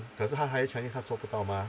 可是她 higher chinese 她做不到吗